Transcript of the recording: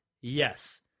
Yes